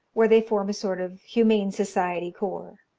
where they form a sort of humane society corps.